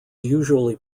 usually